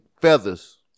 feathers